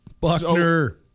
Buckner